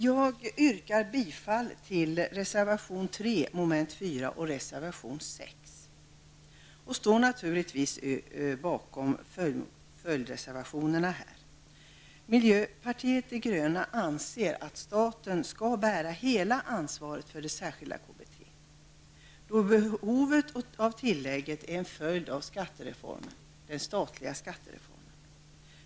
Jag yrkar bifall till reservation 3, mom. 4, och reservation 6 samt står naturligtvis bakom följdreservationerna. Miljöpartiet de gröna anser att staten skall bära hela ansvaret för särskilt KBT då behovet av tillägget är en följd av den statliga skattereformen.